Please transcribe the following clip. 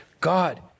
God